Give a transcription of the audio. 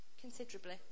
considerably